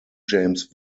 james